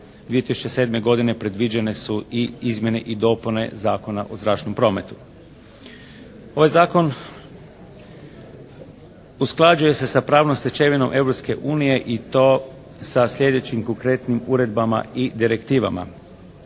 2007. godine predviđene su i izmjene i dopune Zakona o zračnom prometu. Ovaj zakon usklađuje se sa pravnom stečevinom Europske unije i to sa sljedećim konkretnim uredbama i direktivama.